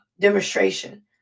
demonstration